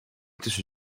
tussen